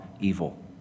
evil